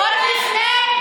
על הדוכן.